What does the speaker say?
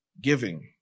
giving